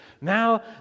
Now